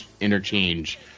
interchange